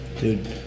dude